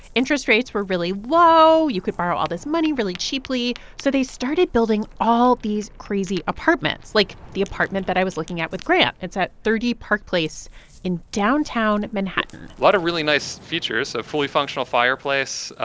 interest rates were really low. you could borrow all this money really cheaply. so they started building all these crazy apartments like the apartment that i was looking at with grant. it's at thirty park place in downtown manhattan a lot of really nice features a fully functional fireplace,